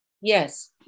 yes